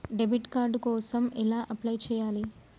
Debit card కోసం ఎలా apply చేయాలి?